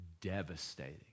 devastating